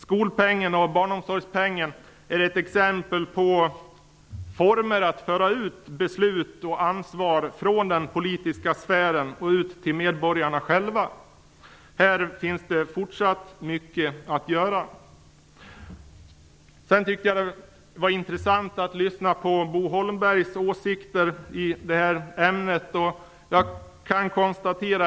Skolpengen och barnomsorgspengen är exempel på former att föra ut beslut och ansvar från den politiska sfären ut till medborgarna själva. Här finns det fortfarande mycket att göra. Sedan tyckte jag att det var intressant att lyssna på Bo Holmbergs åsikter i det här ämnet.